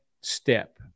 step